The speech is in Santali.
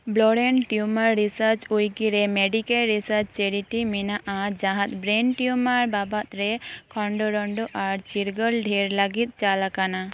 ᱵᱨᱮᱱ ᱴᱤᱭᱩᱢᱟᱨ ᱨᱤᱥᱟᱨᱪ ᱩᱭᱠᱤᱨᱮ ᱢᱮᱰᱤᱠᱮᱞ ᱨᱤᱥᱟᱨᱪ ᱪᱮᱨᱤᱴᱤ ᱢᱮᱱᱟᱜᱼᱟ ᱡᱟᱦᱟᱸᱫᱚ ᱵᱨᱮᱱ ᱴᱤᱭᱩᱢᱟᱨ ᱵᱟᱵᱚᱛ ᱨᱮ ᱠᱷᱚᱸᱫᱨᱚᱱ ᱟᱨ ᱪᱤᱨᱜᱟᱹᱞ ᱰᱷᱮᱨ ᱞᱟᱹᱜᱤᱫ ᱪᱟᱞ ᱟᱠᱟᱱᱟ